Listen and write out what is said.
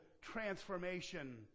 transformation